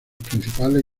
principales